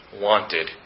wanted